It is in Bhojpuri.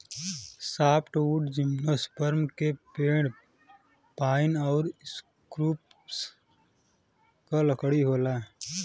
सॉफ्टवुड जिम्नोस्पर्म के पेड़ पाइन आउर स्प्रूस क लकड़ी होला